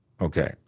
Okay